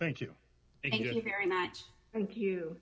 thank you thank you